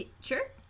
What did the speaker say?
Sure